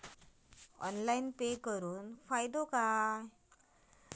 Online pay करुन फायदो काय?